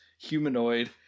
Humanoid